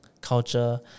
culture